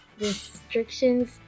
restrictions